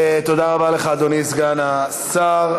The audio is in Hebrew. תודה רבה לך, אדוני סגן השר.